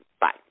Bye